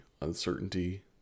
uncertainty